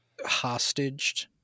hostaged